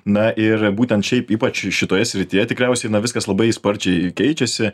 na ir būtent šiaip ypač šitoje srityje tikriausiai viskas labai sparčiai keičiasi